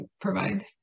provide